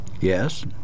Yes